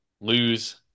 lose